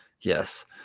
yes